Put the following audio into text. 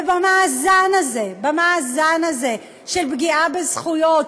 ובמאזן הזה של פגיעה בזכויות,